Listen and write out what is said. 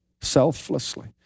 selflessly